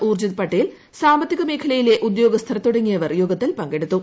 ഊർജ്ജിത് പട്ടേൽ സാമ്പത്തിക മേഖലയിലെ ഉദ്യോഗസ്ഥർ തുടങ്ങിയവർ യോഗത്തിൽ പങ്കെടുത്തു